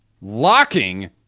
locking